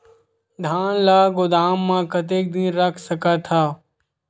धान ल गोदाम म कतेक दिन रख सकथव?